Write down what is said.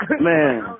Man